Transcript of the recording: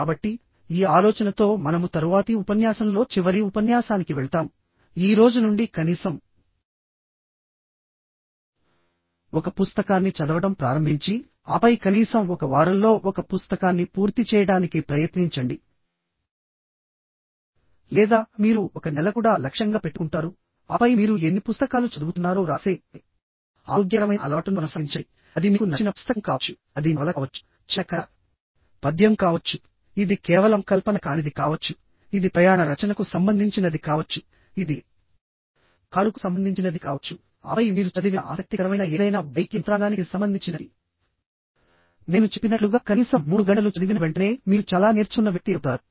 కాబట్టి ఈ ఆలోచనతోమనము తరువాతి ఉపన్యాసంలో చివరి ఉపన్యాసానికి వెళ్తాము ఈ రోజు నుండి కనీసం ఒక పుస్తకాన్ని చదవడం ప్రారంభించి ఆపై కనీసం ఒక వారంలో ఒక పుస్తకాన్ని పూర్తి చేయడానికి ప్రయత్నించండి లేదా మీరు ఒక నెల కూడా లక్ష్యంగా పెట్టుకుంటారు ఆపై మీరు ఎన్ని పుస్తకాలు చదువుతున్నారో వ్రాసే ఆరోగ్యకరమైన అలవాటును కొనసాగించండి అది మీకు నచ్చిన పుస్తకం కావచ్చు అది నవల కావచ్చు చిన్న కథ పద్యం కావచ్చుఇది కేవలం కల్పన కానిది కావచ్చు ఇది ప్రయాణ రచనకు సంబంధించినది కావచ్చు ఇది కారుకు సంబంధించినది కావచ్చుఆపై మీరు చదివిన ఆసక్తికరమైన ఏదైనా బైక్ యంత్రాంగానికి సంబంధించినది కావచ్చు మరియు నేను చెప్పినట్లుగా కనీసం 3 గంటలు చదివిన వెంటనే మీరు చాలా నేర్చుకున్న వ్యక్తి అవుతారు